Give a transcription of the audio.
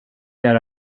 era